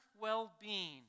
well-being